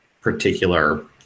particular